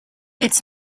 its